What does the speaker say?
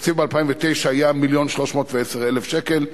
התקציב ב-2009 היה מיליון ו-310,000 שקלים,